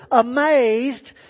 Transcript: amazed